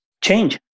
change